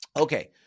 Okay